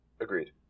Agreed